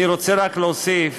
אני רוצה רק להוסיף